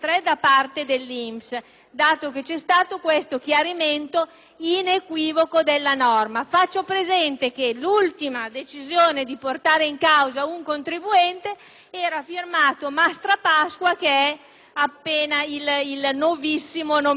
inequivocabile della norma. Faccio presente che l'ultima decisione di portare in causa un contribuente era firmato Mastrapasqua che è il neoeletto presidente dell'INPS.